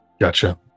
Gotcha